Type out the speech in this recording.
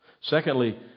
Secondly